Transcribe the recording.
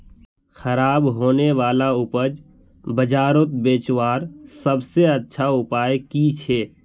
ख़राब होने वाला उपज बजारोत बेचावार सबसे अच्छा उपाय कि छे?